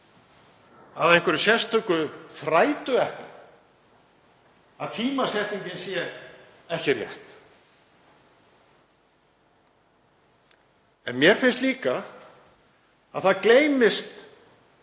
að einhverju sérstöku þrætuepli að tímasetningin sé ekki rétt. En mér finnst líka að það gleymist